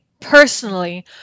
personally